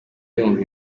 yumva